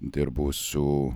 dirbu su